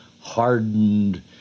hardened